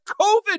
COVID